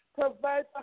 Provide